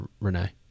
Renee